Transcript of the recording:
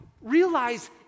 Realize